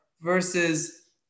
versus